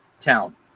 town